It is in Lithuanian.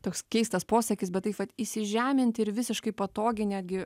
toks keistas posakis bet taip pat įsižemint ir visiškai patogiai netgi